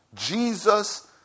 Jesus